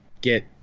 get